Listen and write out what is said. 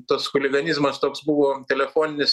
tas chuliganizmas toks buvo telefoninis